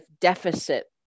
deficit